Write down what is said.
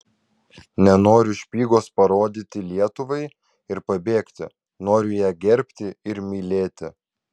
nenoriu špygos parodyti lietuvai ir pabėgti noriu ją gerbti ir mylėti